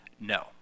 no